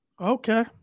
Okay